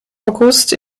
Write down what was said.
august